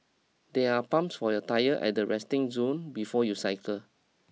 there are pumps for your tyre at the resting zone before you cycle